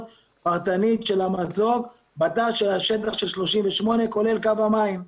פרטניות של המצוק בתא השטח של 38 כולל קו המים.